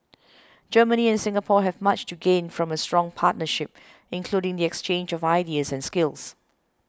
Germany and Singapore have much to gain from a strong partnership including the exchange of ideas and skills